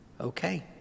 Okay